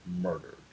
murdered